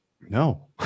No